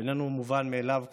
איננו מובן מאליו כבר.